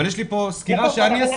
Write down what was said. יש לי כאן סקירה שאני עשיתי.